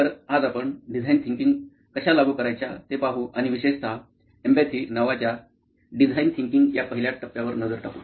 तर आज आपण डिझाईन थिंकिंग कशा लागू करायच्या ते पाहू आणि विशेषतः एम्पॅथी नावाच्या डिझाईन थिंकिंग या पहिल्या टप्प्यावर नजर टाकू